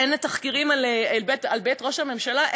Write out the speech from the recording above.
אין תחקירים על בית ראש הממשלה.